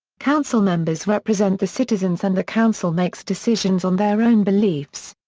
council members represent the citizens and the council makes decisions on their own beliefs.